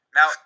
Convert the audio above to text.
Now